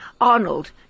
Arnold